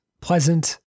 pleasant